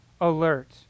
alert